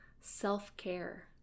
self-care